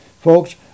Folks